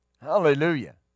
Hallelujah